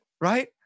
Right